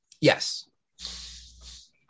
Yes